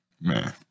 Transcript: Man